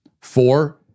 Four